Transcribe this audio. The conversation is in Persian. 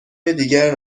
دیگر